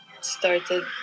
started